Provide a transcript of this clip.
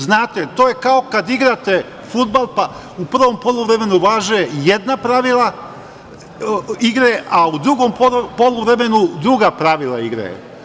Znate, to je kao kada igrate fudbal, pa u prvom poluvremenu važe jedna pravila igre, a u drugom poluvremenu druga pravila igre.